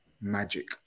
magic